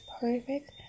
perfect